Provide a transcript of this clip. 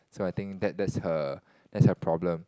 so I think that that's her that's her problem